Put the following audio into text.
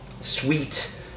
sweet